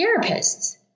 therapists